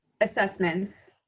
assessments